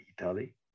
Italy